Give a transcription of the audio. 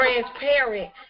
transparent